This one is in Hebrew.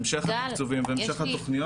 המשך התקצובים והמשך התוכניות.